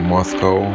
Moscow